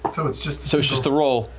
so it's just so just a roll,